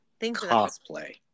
cosplay